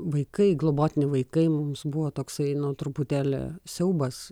vaikai globotiniai vaikai mums buvo toksai nu truputėlį siaubas